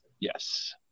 Yes